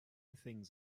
things